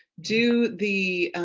do the